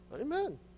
Amen